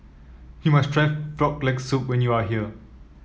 you must try Frog Leg Soup when you are here